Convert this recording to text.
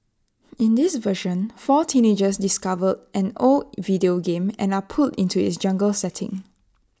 in this version four teenagers discover an old video game and are pulled into its jungle setting